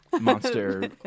monster